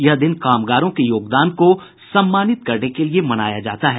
यह दिन कामगारों के योगदान को सम्मानित करने के लिए मनाया जाता है